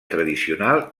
tradicional